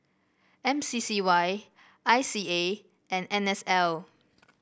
M C C Y I C A and N S L